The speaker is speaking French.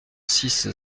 six